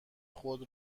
خود